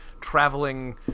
traveling